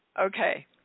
Okay